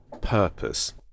purpose